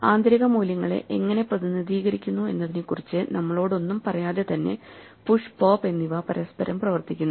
ആന്തരിക മൂല്യങ്ങളെ എങ്ങനെ പ്രതിനിധീകരിക്കുന്നു എന്നതിനെക്കുറിച്ച് നമ്മളോട് ഒന്നും പറയാതെ തന്നെ പുഷ് പോപ്പ് എന്നിവ പരസ്പരം പ്രവർത്തിക്കുന്നു